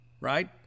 right